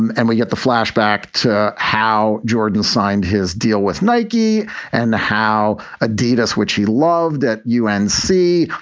and and we get the flashback to how jordan signed his deal with nike and how adidas, which he loved that you can and see,